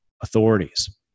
authorities